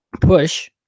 push